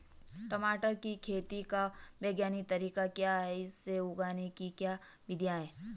टमाटर की खेती का वैज्ञानिक तरीका क्या है इसे उगाने की क्या विधियाँ हैं?